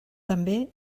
també